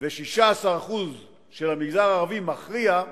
ו-16% של המגזר הערבי מכריעים,